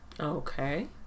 okay